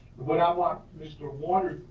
what i want mr. horn,